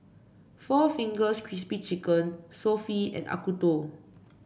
Four Fingers Crispy Chicken Sofy and Acuto